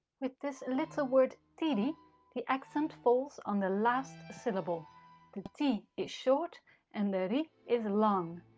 with this little word tiri the accent falls on the last syllable the ti is short and the ri is long.